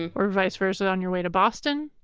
and or vice versa on your way to boston.